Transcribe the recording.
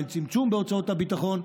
של צמצום בהוצאות הביטחון,